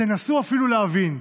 תנסו אפילו להבין,